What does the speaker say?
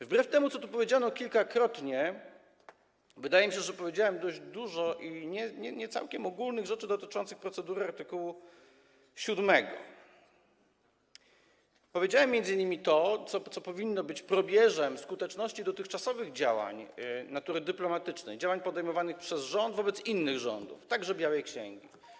Wbrew temu, co tu kilkakrotnie powiedziano, wydaje mi się, że powiedziałem dość dużo i nie całkiem ogólnych rzeczy dotyczących procedury art. 7. Powiedziałem m.in. to, co powinno być probierzem skuteczności dotychczasowych działań natury dyplomatycznej, działań podejmowanych przez rząd wobec innych rządów, także białej księgi.